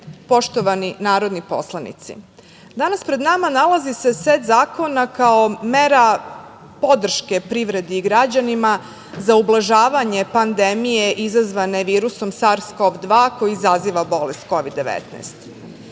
poštovani narodni poslanici, danas pred nama nalazi se set zakona kao mera podrške privredi i građanima za ublažavanje pandemije izazvane virusom SARS CoV-2 koji izaziva bolest Kovid